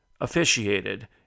officiated